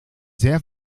sehr